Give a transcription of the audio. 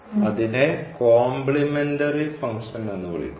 അതിനെ complementary function എന്ന് വിളിക്കുന്നു